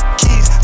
keys